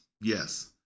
Yes